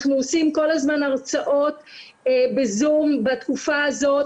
אנחנו עושים כל הזמן הרצאות בזום בתקופה הזאת,